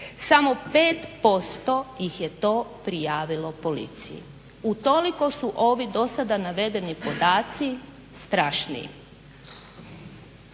samo 5% ih je to prijavilo policiji. Utoliko su ovi do sada navedeni podaci strašniji.